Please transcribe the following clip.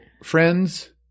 Friends